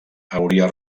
hauria